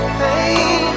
pain